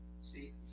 See